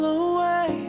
away